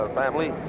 family